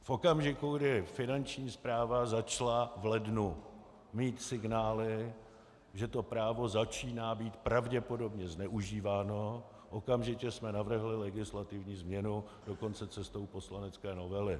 V okamžiku, kdy Finanční správa začala v lednu mít signály, že to právo začíná být pravděpodobně zneužíváno, okamžitě jsme navrhli legislativní změnu, dokonce cestou poslanecké novely.